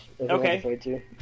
Okay